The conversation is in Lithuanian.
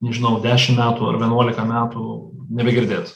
nežinau dešimt metų ar vienuolika metų nebegirdėt